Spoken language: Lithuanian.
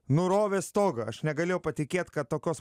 nurovė stogą aš negalėjau patikėt kad tokios